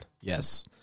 Yes